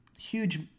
huge